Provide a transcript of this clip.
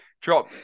drop